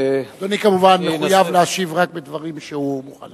אדוני כמובן מחויב להשיב רק בדברים שהוא מוכן לדבר.